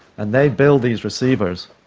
and they build these receivers,